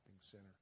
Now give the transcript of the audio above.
center